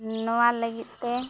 ᱱᱚᱣᱟ ᱞᱟᱹᱜᱤᱫ ᱛᱮ